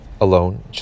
alone